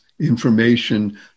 information